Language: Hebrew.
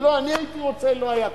אם אני לא הייתי רוצה, לא היה קורה.